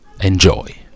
Enjoy